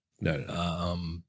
No